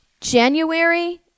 January